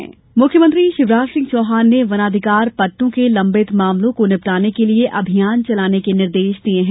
वनाधिकार पट्टे मुख्यमंत्री शिवराज सिंह चौहान ने वनाधिकार पट्टों के लंबित मामलों को निपटाने के लिए अभियान चलाने के निर्देश दिये हैं